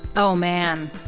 oh, man.